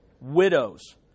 widows